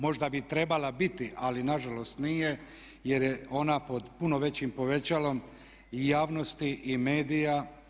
Možda bi trebala biti ali nažalost nije jer je ona pod puno većim povećalom i javnosti i medija.